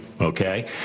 Okay